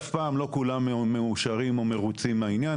אף פעם לא כולם מאושרים או מרוצים מהעניין,